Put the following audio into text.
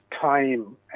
time